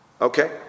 Okay